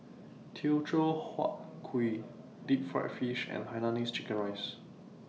Teochew Huat Kuih Deep Fried Fish and Hainanese Chicken Rice